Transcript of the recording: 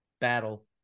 battle